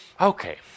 Okay